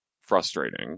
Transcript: frustrating